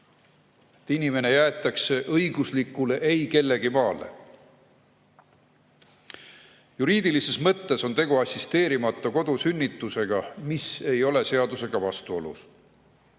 Inimene jäetakse õiguslikule eikellegimaale. Juriidilises mõttes on tegu assisteerimata kodusünnitusega, mis ei ole seadusega vastuolus.